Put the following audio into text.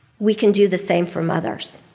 we can do the same for mothers.